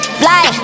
fly